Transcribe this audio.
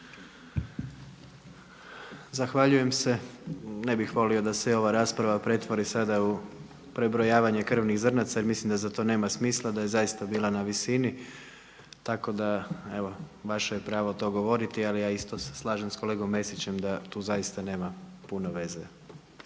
Zahvaljujem se. Ne bih volio da se ova rasprava pretvori sada u prebrojavanje krvnih zrnaca jer mislim da za to nema smisla da je zaista bila na visini. Tako da evo vaše je pravo to govoriti ali ja isto se slažem sa kolegom Mesićem da tu zaista nema puno veze